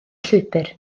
llwybr